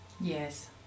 Yes